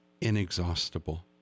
inexhaustible